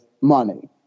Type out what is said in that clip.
money